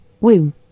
womb